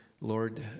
Lord